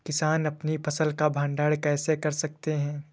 किसान अपनी फसल का भंडारण कैसे कर सकते हैं?